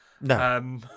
No